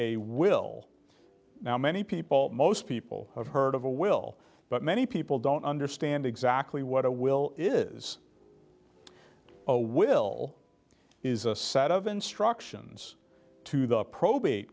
a will now many people most people have heard of a will but many people don't understand exactly what a will is a will is a set of instructions to the probate